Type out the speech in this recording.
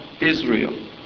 Israel